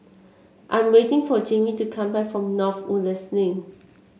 I'm waiting for Jamey to come back from North Woodlands Link